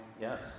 yes